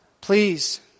please